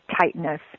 tightness